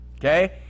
Okay